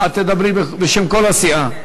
את תדברי בשם כל הסיעה.